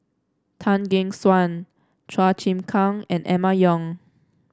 Tan Gek Suan Chua Chim Kang and Emma Yong